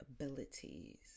abilities